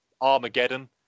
Armageddon